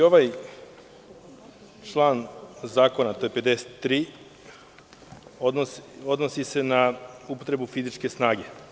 I ovaj član zakona, a to je član 53, odnosi se na upotrebu fizičke snage.